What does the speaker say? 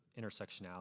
intersectionality